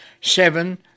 seven